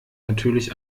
natürlich